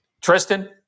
Tristan